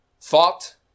Thought